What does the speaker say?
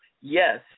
Yes